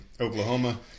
Oklahoma